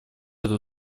эту